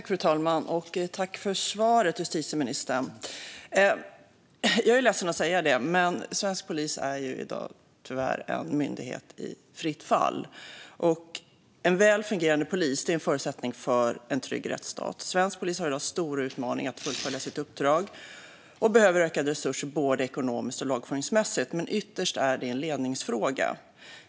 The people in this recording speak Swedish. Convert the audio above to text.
Fru talman! Tack för svaret, justitieministern! Jag är ledsen att säga det, men svensk polis är i dag tyvärr en myndighet i fritt fall. En väl fungerande polis är en förutsättning för en trygg rättsstat. Svensk polis har i dag stora utmaningar att fullfölja sitt uppdrag och behöver ökade resurser, både ekonomiskt och lagföringsmässigt. Men ytterst är det en ledningsfråga.